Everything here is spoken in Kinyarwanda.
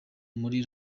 muri